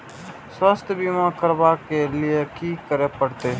स्वास्थ्य बीमा करबाब के लीये की करै परतै?